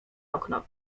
okno